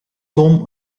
tom